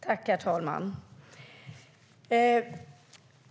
Herr talman!